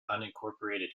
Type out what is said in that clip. unincorporated